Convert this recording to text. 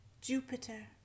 jupiter